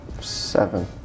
Seven